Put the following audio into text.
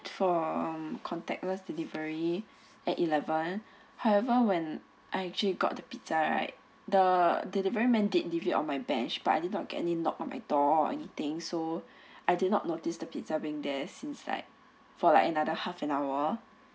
for um contactless delivery at eleven however when I actually got the pizza right the delivery man did leave it on my bench but I did not get any knock on my door or anything so I did not notice the pizza being there since like for like another half an hour